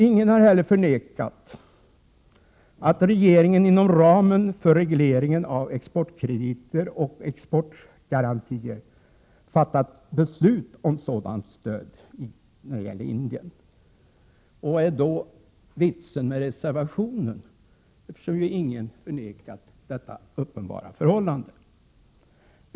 Ingen har heller förnekat att regeringen inom ramen för regleringen av exportkrediter och exportgarantier fattat beslut om sådant stöd när det gäller Indien. Vad är då vitsen med reservationen, eftersom ju ingen förnekat detta uppenbara förhållande?